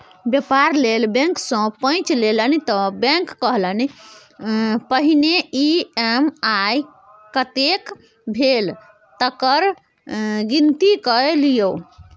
बेपार लेल बैंक सँ पैंच लेलनि त बैंक कहलनि पहिने ई.एम.आई कतेक भेल तकर गिनती कए लियौ